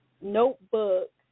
notebook